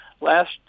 Last